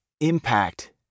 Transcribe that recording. impact